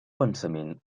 pensament